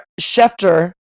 Schefter